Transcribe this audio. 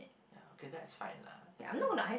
ya okay that's fine lah as in